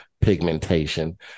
pigmentation